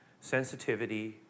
sensitivity